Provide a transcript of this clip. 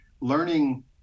learning